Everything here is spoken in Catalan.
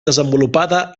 desenvolupada